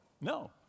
No